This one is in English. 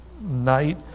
night